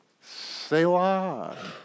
selah